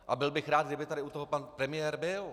A byl bych rád, kdyby tady u toho pan premiér byl.